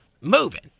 Moving